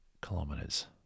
kilometers